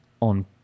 on